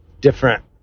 Different